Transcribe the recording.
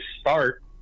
start